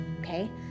okay